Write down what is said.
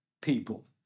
people